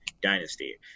Dynasty